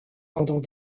pendant